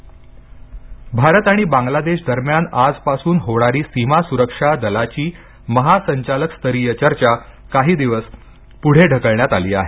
BSF Bharat आणि बांगलादेश दरम्यान आजपासून होणारी सीमा सुरक्षा दलाच्या महासंचालक स्तरीय चर्चा काही दिवस पुढे ढकलण्यात आली आहे